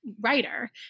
writer